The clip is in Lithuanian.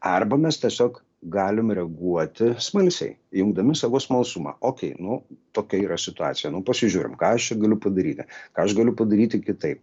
arba mes tiesiog galim reaguoti smalsiai įjungdami savo smalsumą okei nu tokia yra situacija nu pasižiūrim ką aš čia galiu padaryti ką aš galiu padaryti kitaip